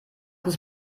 uns